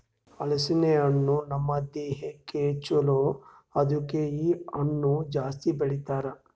ಹಲಸಿನ ಹಣ್ಣು ನಮ್ ದೇಹಕ್ ಛಲೋ ಅದುಕೆ ಇ ಹಣ್ಣು ಜಾಸ್ತಿ ಬೆಳಿತಾರ್